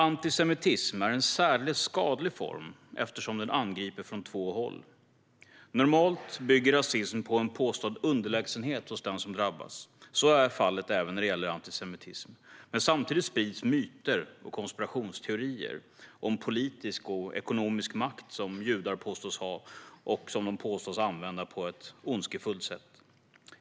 Antisemitism är en särdeles skadlig form, eftersom den angriper från två håll. Normalt bygger rasism på en påstådd underlägsenhet hos den som drabbas. Så är fallet även när det gäller antisemitism, men samtidigt sprids myter och konspirationsteorier om politisk och ekonomisk makt som judar påstås ha och som de påstås använda på ett ondskefullt sätt.